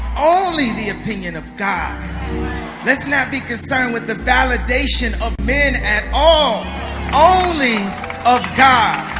only the opinion of god let's not be concerned with the validation of men at all only of god